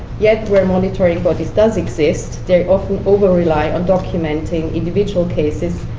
yet where monitoring bodies does exist, they often over-rely on documenting individual cases,